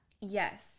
Yes